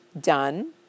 done